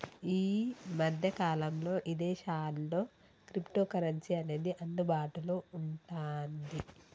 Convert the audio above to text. యీ మద్దె కాలంలో ఇదేశాల్లో క్రిప్టోకరెన్సీ అనేది అందుబాటులో వుంటాంది